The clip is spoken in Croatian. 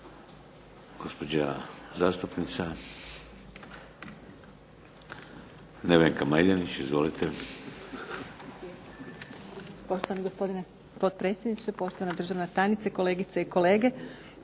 gospođa zastupnica Nevenka Majdenić. Izvolite.